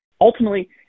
Ultimately